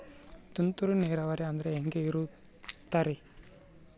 ತುಂತುರು ನೇರಾವರಿ ಅಂದ್ರೆ ಹೆಂಗೆ ಇರುತ್ತರಿ?